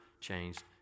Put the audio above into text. changed